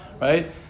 right